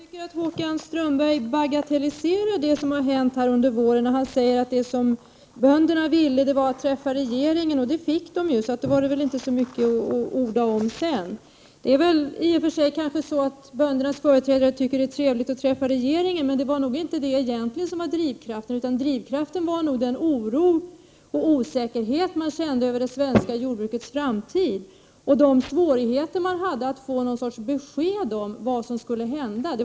Herr talman! Jag tycker att Håkan Strömberg bagatelliserar det som har hänt under våren. Han sade att det som bönderna ville var att få träffa regeringen, och det fick de ju också göra — sedan fanns det väl inte så mycket att orda om. I och för sig tycker kanske böndernas företrädare att det är trevligt att få träffa regeringen, men det var nog egentligen inte det som var drivkraften till att man ville få till stånd det mötet, utan det var nog den oro och osäkerhet som man kände över det svenska jordbrukets framtid och de svårigheter som man hade att få något slags besked om vad som skulle hända.